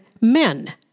men